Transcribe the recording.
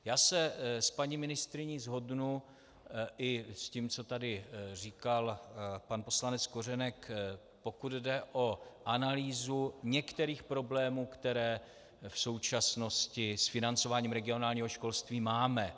Já se s paní ministryní shodnu, i s tím, co tady říkal pan poslanec Kořenek, pokud jde o analýzu některých problémů, které v současnosti s financováním regionálního školství máme.